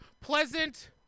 pleasant